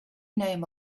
name